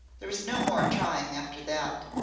there was no more trying after that.